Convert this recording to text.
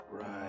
Right